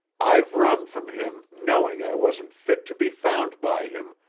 i've run from him knowing i wasn't fit to be found by him,